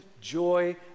joy